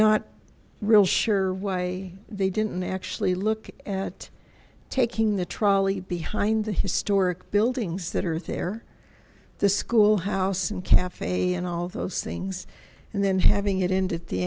not real sure why they didn't actually look at taking the trolley behind the historic buildings that are there the schoolhouse and cafe and all those things and then having it into the